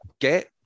get